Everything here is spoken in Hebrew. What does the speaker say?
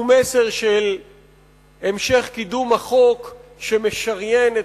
הוא מסר של המשך קידום החוק שמשריין את